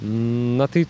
na tai